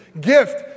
Gift